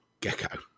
Gecko